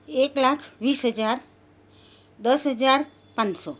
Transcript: એક લાખ વીસ હજાર દસ હજાર પાંચસો